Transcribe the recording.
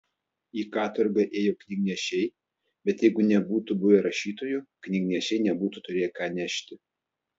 į katorgą ėjo knygnešiai bet jeigu nebūtų buvę rašytojų knygnešiai nebūtų turėję ką nešti